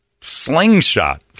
slingshot